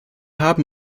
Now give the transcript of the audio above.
haben